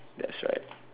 that's right